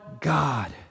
God